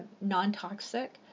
non-toxic